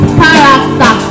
character